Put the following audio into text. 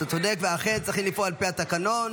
אתה צודק, ואכן צריכים לפעול על פי התקנון.